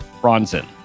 Bronson